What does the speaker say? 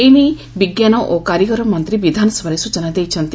ଏ ନେଇ ବିଙ୍କାନ ଓ କାରିଗର ମନ୍ତୀ ବିଧାନସଭାରେ ସ୍ଚନା ଦେଇଛନ୍ତି